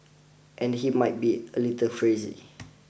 and he might be a little crazy